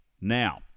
Now